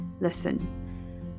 Listen